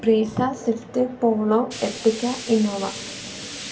breeze swift polo Ertiga Innova